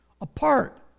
apart